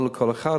לא לכל אחד,